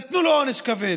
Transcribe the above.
נתנו לו עונש כבד,